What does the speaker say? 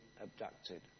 abducted